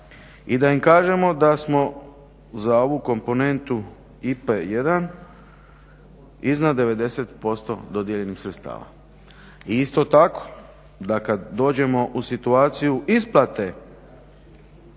i da im kažemo da smo za ovu komponentu IPA-e I iznad 90% dodijeljenih sredstava. Isto tako kada dođemo u situaciju isplate